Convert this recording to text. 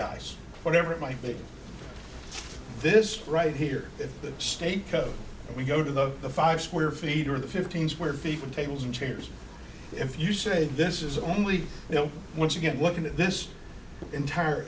guys whatever it might be this right here at the stakeout we go to the five square feet or the fifteen square feet of tables and chairs if you say this is only you know once again looking at this entire